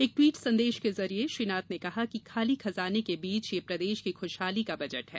एक ट्वीट संदेश के जरिए श्री नाथ ने कहा कि खाली खजाने के बीच यह प्रदेश की ख्शहाली का बजट है